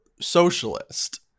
socialist